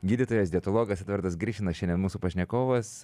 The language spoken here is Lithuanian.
gydytojas dietologas edvardas grišinas šiandien mūsų pašnekovas